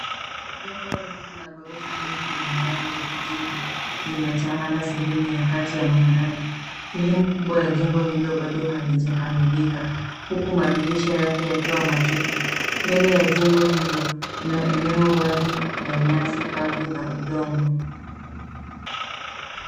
Jengo refu la ghorofa nyingi lenye rangi ya kijivu, limetawala sehemu ya kati ya mandhari. Sehemu kubwa ya jengo hilo bado halijakamilika, huku madirisha yake yakiwa matupu. Mbele ya jengo hilo, kuna eneo wazi la nyasi kavu la udongo.